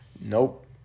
Nope